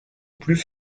plus